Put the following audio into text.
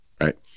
right